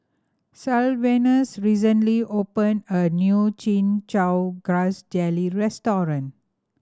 Sylvanus recently opened a new Chin Chow Grass Jelly restaurant